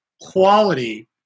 quality